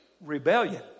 rebellion